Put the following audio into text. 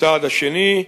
הצעד השני,